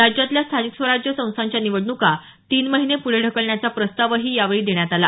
राज्यातल्या स्थानिक स्वराज्य संस्थांच्या निवडण्का तीन महिने पुढे ढकलण्याचा प्रस्तावही यावेळी देण्यात आला